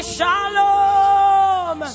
Shalom